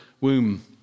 womb